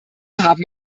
haben